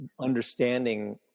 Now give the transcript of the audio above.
understanding